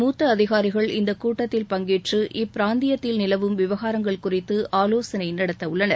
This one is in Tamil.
மூத்த அதிகாரிகள் இந்த கூட்டத்தில் பங்கேற்று இப்பிராந்தியத்தில் நிலவும் விவகாரங்கள் குறித்து ஆலோசனை நடத்தவுள்ளனர்